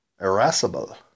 irascible